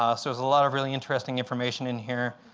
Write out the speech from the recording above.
um so there's a lot of really interesting information in here,